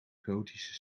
gotische